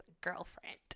girlfriend